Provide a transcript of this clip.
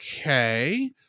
okay